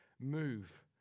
move